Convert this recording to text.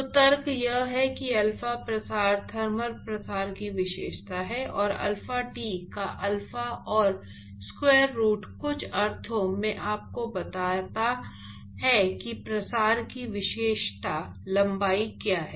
तो तर्क यह है कि अल्फा प्रसार थर्मल प्रसार की विशेषता है और अल्फा T का अल्फा और स्क्वायर रूट कुछ अर्थों में आपको बताता है कि प्रसार की विशेषता लंबाई क्या है